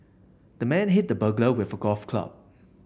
the man hit the burglar with a golf club